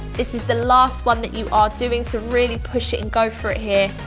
this is the last one that you are doing, so really push it and go for it here.